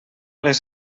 les